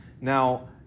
now